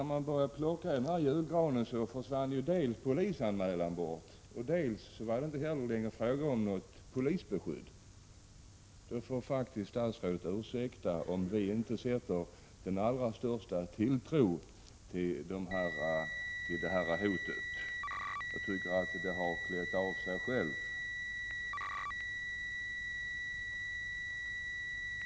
När man började plocka av den här julgranen försvann polisanmälan, och det var inte längre fråga om något polisbeskydd. Statsrådet får ursäkta om vi inte sätter den allra största tilltro till det hotet. Jag tycker att det har klätt av sig självt.